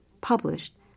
published